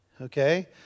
Okay